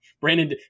Brandon